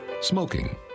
Smoking